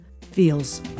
feels